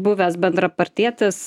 buvęs bendrapartietis